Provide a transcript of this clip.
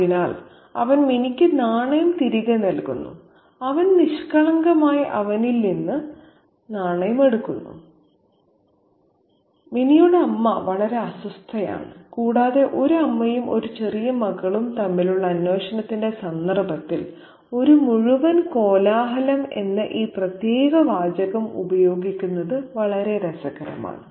അതിനാൽ അവൻ മിനിക്ക് നാണയം തിരികെ നൽകുന്നു അവൾ നിഷ്കളങ്കമായി അവനിൽ നിന്ന് നാണയം എടുക്കുന്നു മിനിയുടെ അമ്മ വളരെ അസ്വസ്ഥയാണ് കൂടാതെ ഒരു അമ്മയും ഒരു ചെറിയ മകളും തമ്മിലുള്ള അന്വേഷണത്തിന്റെ സന്ദർഭത്തിൽ ഒരു മുഴുവൻ കോലാഹലം എന്ന ഈ പ്രത്യേക വാചകം ഉപയോഗിക്കുന്നത് വളരെ രസകരമാണ്